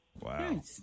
Wow